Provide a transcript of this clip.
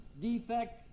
defects